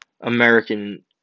American